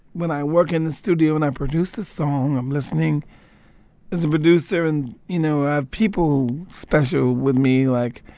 when i work in the studio and i produce a song, i'm listening as a producer. and, you know, i have people special with me, like,